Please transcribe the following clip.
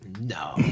No